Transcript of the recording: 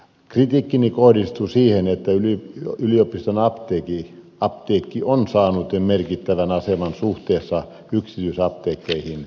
kritiikkini kohdistuu siihen että yliopiston apteekki on saanut jo merkittävän aseman suhteessa yksityisapteekkeihin